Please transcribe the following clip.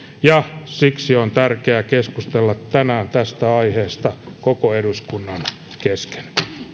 ja siksi on tärkeää keskustella tänään tästä aiheesta koko eduskunnan kesken